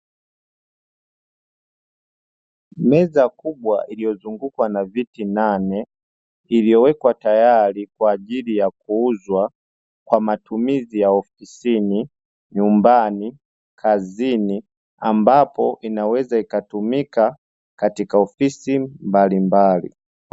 Meza kubwa iliyozungukwa na viti nane iliyowekwa tayari kwa ajili ya kuuzwa kwa matumizi ya ofisini, nyumbani, kazini, ambapo inaweza ikatumika katika ofisi mbalimbali.